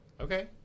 Okay